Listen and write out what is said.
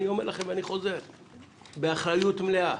אני חוזר ואומר לכם, באחריות מלאה,